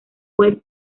fue